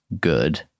good